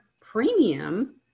premium